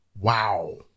wow